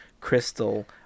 crystal